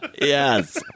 Yes